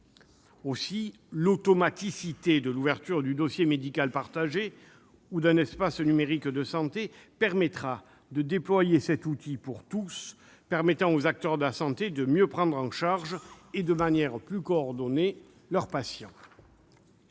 Aussi, l'automaticité de l'ouverture du dossier médical partagé, ou d'un espace numérique de santé, l'ENS, permettra de déployer cet outil pour tous. Les acteurs de la santé pourront ainsi mieux prendre en charge, et de manière plus coordonnée, leurs patients.